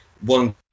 one